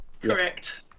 Correct